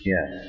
Yes